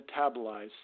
metabolize